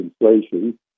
inflation